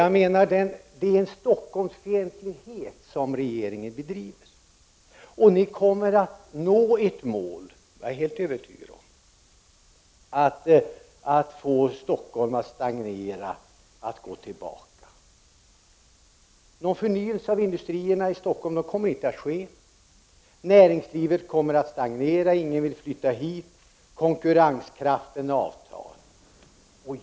Jag hävdar att regeringen bedriver en Stockholmsfientlighet. Jag är helt övertygad om att ni kommer att nå ert mål att få Stockholm att stagnera och att gå tillbaka. Någon förnyelse av industrierna i Stockholm kommer inte att ske, näringslivet kommer att stagnera och ingen vill flytta hit och konkurrenskraften avtar.